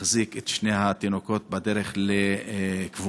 מחזיק את שני התינוקות בדרך לקבורה,